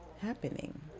happening